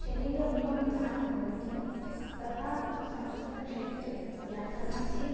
शरीरे मुखं प्रधानं भवति तथा संस्कृतक्षेत्रे व्याकरणस्य